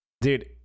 dude